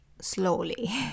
slowly